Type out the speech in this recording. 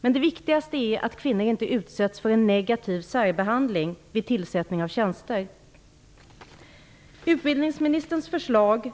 Men det viktigaste är att kvinnor inte utsätts för en negativ särbehandling vid tillsättning av tjänster. Utbildningsministerns förslag